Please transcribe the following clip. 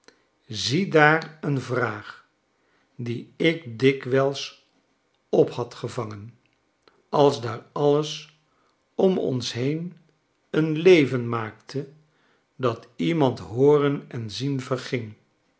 ziedaar een vraag dieikdikwijls op haid gevangen als daar alles om ons heen een leve'n maakte dat iemand hooren en zien verging